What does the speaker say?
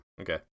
Okay